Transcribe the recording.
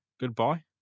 Goodbye